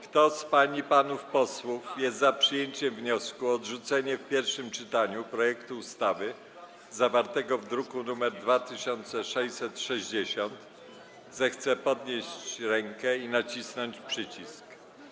Kto z pań i panów posłów jest za przyjęciem wniosku o odrzucenie w pierwszym czytaniu projektu ustawy zawartego w druku nr 2660, zechce podnieść rękę i nacisnąć przycisk.